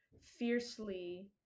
fiercely